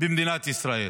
במדינת ישראל.